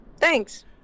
thanks